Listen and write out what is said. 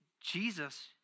Jesus